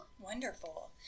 Wonderful